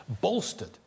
bolstered